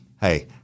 Hey